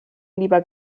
lieber